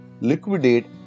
liquidate